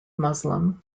muslim